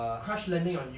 crash landing on you